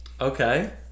Okay